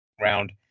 round